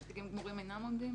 צדיקים גמורים אינם יכולים לעמוד?